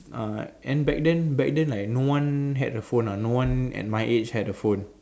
uh and back then back then like no one had a phone ah no one at my age had a phone